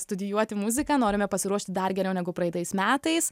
studijuoti muziką norime pasiruošti dar geriau negu praeitais metais